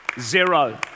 zero